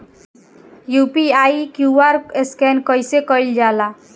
UPI QR scan कइसे कईल जा ला?